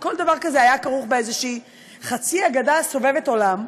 וכל דבר כזה היה כרוך באיזושהי חצי אגדה סובבת עולם,